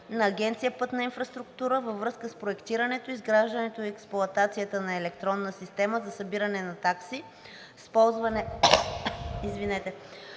на Агенция „Пътна инфраструктура“ във връзка с проектирането, изграждането и експлоатацията на електронна система за събиране на такси за ползване на